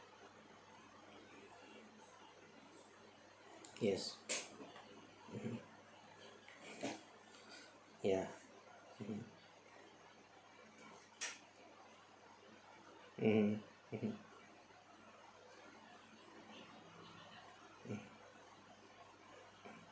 yes ya mmhmm mmhmm mm